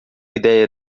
idéia